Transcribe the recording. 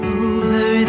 over